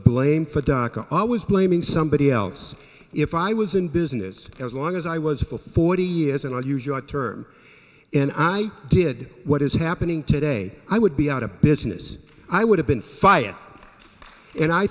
blame for daca always blaming somebody else if i was in business as long as i was a full forty years and i use your term and i did what is happening today i would be out of business and i would have been fired and i